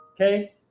okay